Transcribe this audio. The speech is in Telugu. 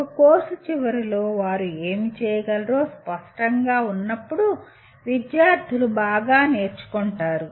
ఒక కోర్సు చివరిలో వారు ఏమి చేయగలరో స్పష్టంగా ఉన్నప్పుడు విద్యార్థులు బాగా నేర్చుకుంటారు